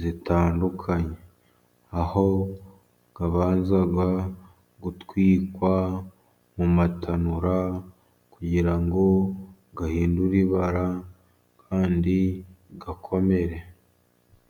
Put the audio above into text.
zitandukanye, aho abanza gutwikwa mu matanura kugira ngo ahindure ibara kandi akomere.